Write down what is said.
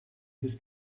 his